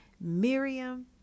Miriam